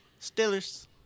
Steelers